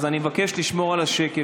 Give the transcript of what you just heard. אז אני מבקש לשמור על השקט,